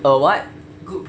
a what